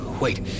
Wait